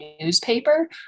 newspaper